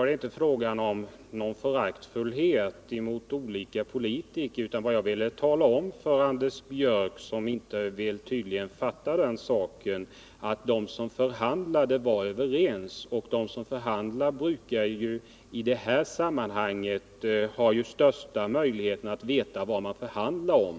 här inte var fråga om någon föraktfullhet gentemot olika politiker. Vad jag ville tala om för Anders Björck, som tydligen inte vill fatta den saken, var att de som förhandlade var överens. De som förhandlar brukar ha de största möjligheterna att veta vad de förhandlar om.